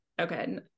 okay